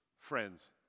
Friends